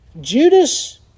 Judas